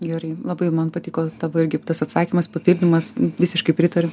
gerai labai man patiko tavo irgi tas atsakymas papildymas visiškai pritariu